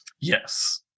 Yes